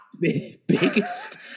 biggest